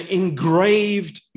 engraved